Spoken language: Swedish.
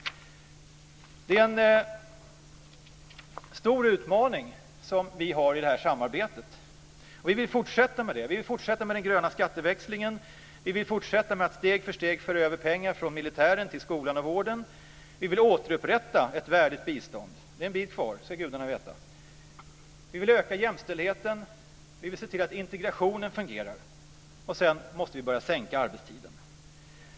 Det är en stor utmaning vi har i det här samarbetet. Vi vill fortsätta med det. Vi vill fortsätta med den gröna skatteväxlingen. Vi vill fortsätta med att steg för steg föra över pengar från militären till skolan och vården. Vi vill återupprätta ett värdigt bistånd. Det är en bit kvar, det ska gudarna veta. Vi vill öka jämställdheten. Vi vill se till att integrationen fungerar. Sedan måste vi börja sänka arbetstiden.